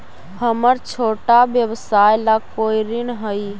हमर छोटा व्यवसाय ला कोई ऋण हई?